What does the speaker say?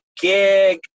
gig